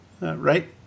right